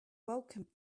welcomed